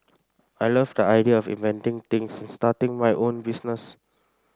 I love the idea of inventing things and starting my own business